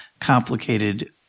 complicated